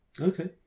okay